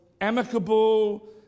amicable